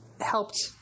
helped